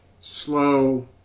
slow